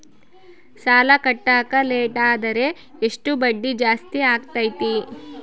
ಸಾಲ ಕಟ್ಟಾಕ ಲೇಟಾದರೆ ಎಷ್ಟು ಬಡ್ಡಿ ಜಾಸ್ತಿ ಆಗ್ತೈತಿ?